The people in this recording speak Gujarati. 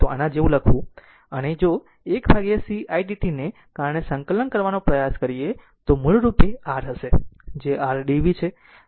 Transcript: તેથી જો આના જેવું લખવું અને જો 1c idt ને કારણે સંકલન કરવાનો પ્રયાસ કરો તો મૂળ રૂપે r હશે જે r dv છે